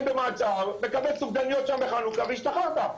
במעצר מקבל סופגניות שם בחנוכה והשתחררת.